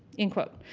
end quote.